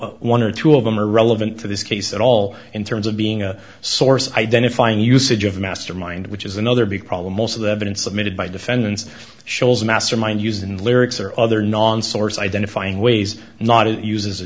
t one or two of them are relevant to this case at all in terms of being a source identifying usage of mastermind which is another big problem most of the evidence submitted by defendants shows mastermind using lyrics or other non source identifying ways not it uses a